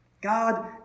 God